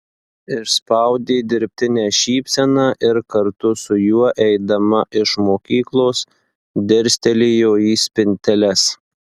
išspaudė dirbtinę šypseną ir kartu su juo eidama iš mokyklos dirstelėjo į spinteles